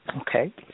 Okay